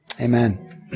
amen